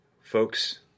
Folks